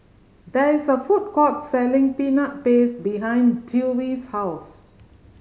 there is a food court selling Peanut Paste behind Dewey's house